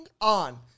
on